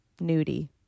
nudie